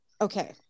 Okay